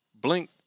blink